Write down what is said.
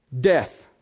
Death